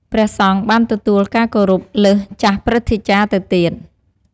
ព្រះសង្ឃបានទទួលការគោរព លើសចាស់ព្រឹទ្ធាចារ្យទៅទៀត។